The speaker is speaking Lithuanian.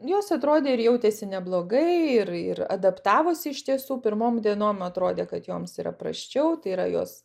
jos atrodė ir jautėsi neblogai ir ir adaptavosi iš tiesų pirmom dienom atrodė kad joms yra prasčiau tai yra jos